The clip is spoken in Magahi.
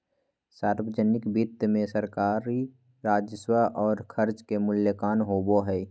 सावर्जनिक वित्त मे सरकारी राजस्व और खर्च के मूल्यांकन होवो हय